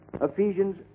Ephesians